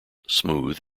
smooth